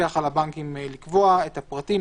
למפקח על הבנקים לקבוע את הפרטים,